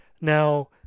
now